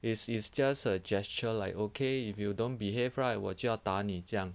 is is just a gesture like okay if you don't behave right 我就要打你这样